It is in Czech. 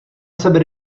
sebe